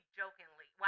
jokingly